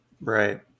right